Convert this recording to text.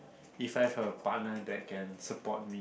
if I have a partner that can support me